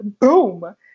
boom